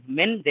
men